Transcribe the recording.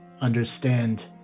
understand